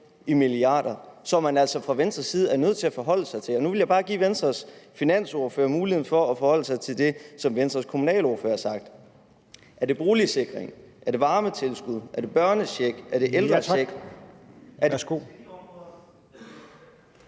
af milliarder, som man altså fra Venstres side er nødt til at forholde sig til. Nu vil jeg bare give Venstres finansordfører muligheden for at forholde sig til det, som Venstres kommunalordfører har sagt. Drejer det sig om boligsikringen, om varmetilskuddet, om børnechecken, om ældrechecken?